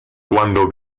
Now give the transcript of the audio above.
cuando